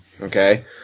Okay